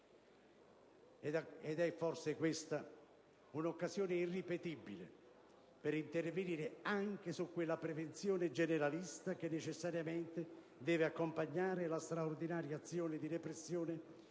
È forse questa un'occasione irripetibile per intervenire anche su quella prevenzione generalista che necessariamente deve accompagnare la straordinaria azione di repressione